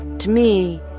to me,